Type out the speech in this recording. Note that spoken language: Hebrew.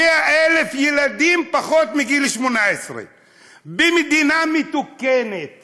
100,000 ילדים פחות מגיל 18. במדינה מתוקנת